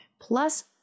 plus